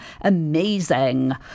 Amazing